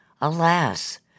Alas